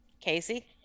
Casey